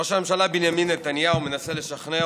ראש הממשלה בנימין נתניהו מנסה לשכנע